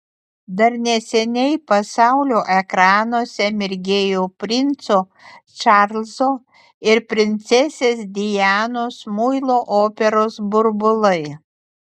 dar neseniai pasaulio ekranuose mirgėjo princo čarlzo ir princesės dianos muilo operos burbulai